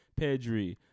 Pedri